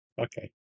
Okay